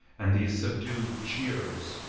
and these subdued cheers,